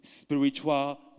spiritual